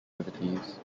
activities